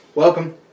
Welcome